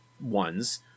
ones